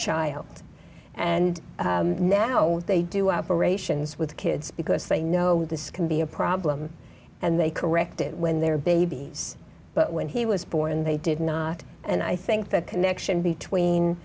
child and now they do operations with kids because they know this can be a problem and they correct it when they're babies but when he was born they did not and i think that connection between